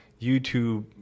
YouTube